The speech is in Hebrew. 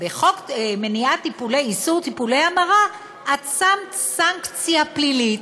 בחוק איסור טיפולי המרה, את שמת סנקציה פלילית.